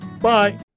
bye